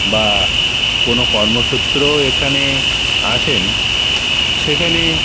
বা কোনও কর্মসূত্র এখানে আসেন সেখানে